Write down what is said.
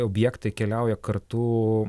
objektai keliauja kartu